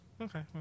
Okay